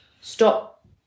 stop